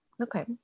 okay